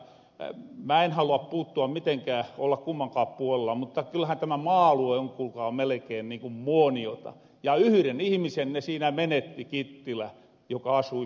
mä en halua puuttua mitenkään olla kummankaan puolella mutta kylhän tämä maa alue on kuulkaa melkein niin kuin muoniota ja siinä menetti kittilä yhren ihmisen joka asui pallas hotellil